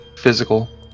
physical